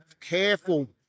careful